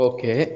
Okay